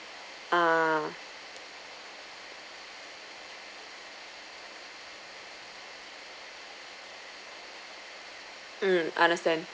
uh mm understand